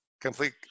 complete